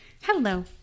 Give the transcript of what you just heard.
Hello